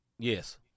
Yes